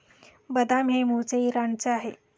बदाम हे मूळचे इराणचे आहे